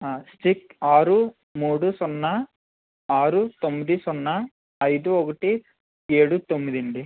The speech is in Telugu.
సిక్స్ ఆరు మూడు సున్నా ఆరు తొమ్మిది సున్నా ఐదు ఒకటి ఏడు తొమ్మిది అండి